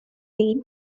been